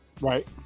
Right